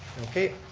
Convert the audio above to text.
okay,